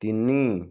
ତିନି